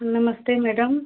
नमस्ते मैडम